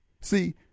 See